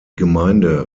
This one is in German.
gemeinde